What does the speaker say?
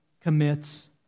commits